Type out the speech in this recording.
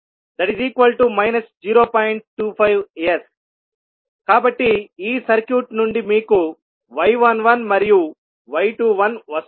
25S కాబట్టి ఈ circuit నుండి మీకు y 11 మరియు y 21 వస్తాయి